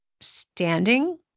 standing